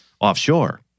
offshore